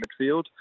midfield